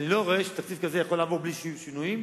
כי אני לא רואה שתקציב כזה יכול לעבור בלי שיהיו שינויים,